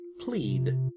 plead